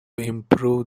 improve